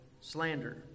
slander